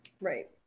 Right